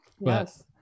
Yes